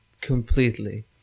completely